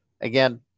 again